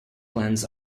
plans